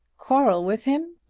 quarrel with him!